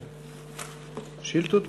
שאילתות?